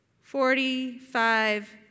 Forty-five